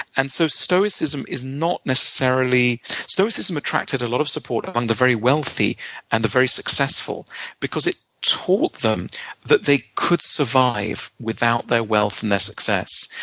and so stoicism is not necessarily stoicism attracted a lot of support from um the very wealthy and the very successful because it taught them that they could survive without their wealth and their success.